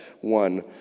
one